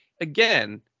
again